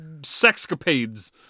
sexcapades